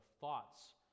thoughts